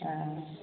अऽ